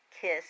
kiss